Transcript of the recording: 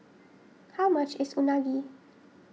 how much is Unagi